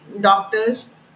doctors